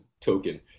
token